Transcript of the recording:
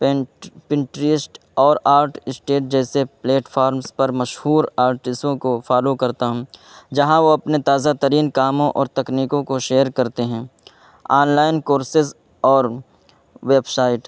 pant Pinterest اور art stage جیسے platforms پر مشہور آرٹسوں کو فالو کرتا ہوں جہاں وہ اپنے تازہ ترین کاموں اور تکنیکوں کو شیئر کرتے ہیں آنلائن کورسز اور ویبسائٹ